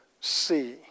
see